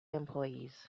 employees